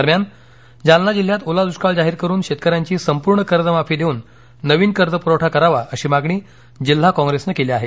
दरम्यान ज्ञालना जिल्ह्यात ओला दुष्काळ जाहीर करून शेतकऱ्यांची संपूर्ण कर्जमाफी देऊन नवीन कर्जपुरवठा करावा अशी मागणी जिल्हा कॉप्रेसनं केली आहे